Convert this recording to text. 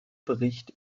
bericht